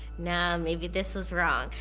no, maybe this was wrong,